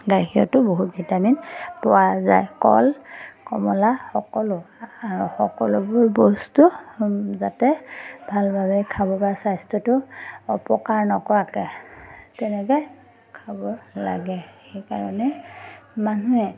গাখীৰতো বহুত ভিটামিন পোৱা যায় কল কমলা সকলো সকলোবোৰ বস্তু যাতে ভালভাৱে খাবপৰা স্বাস্থ্যটো অপকাৰ নকৰাকৈ তেনেকৈ খাব লাগে সেইকাৰণে মানুহে